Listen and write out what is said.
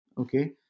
okay